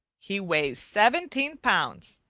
he weighs seventeen pounds,